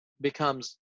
becomes